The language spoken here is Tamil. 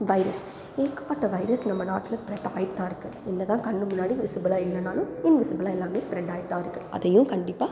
வைரஸ் ஏகப்பட்ட வைரஸ் நம்ம நாட்டில் ஸ்ப்ரெட் ஆகிட்டு தான் இருக்குது என்ன தான் கண் முன்னாடி விசிபிளாக இல்லைனாலும் இன்விசிபிளாக எல்லாமே ஸ்ப்ரெட் ஆகிட்டு தான் இருக்குது அதையும் கண்டிப்பாக